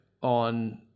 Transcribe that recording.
on